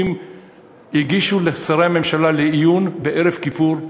הגישו לשרי הממשלה לעיון בערב כיפור,